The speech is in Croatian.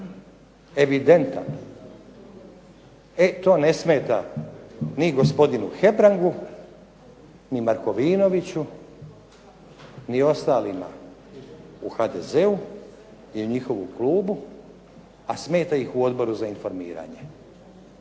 evidentan e to ne smeta ni gospodinu Hebrangu ni Markovinoviću ni ostalima u HDZ-u i u njihovu klubu, a smeta ih u Odboru za informiranje.